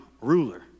ruler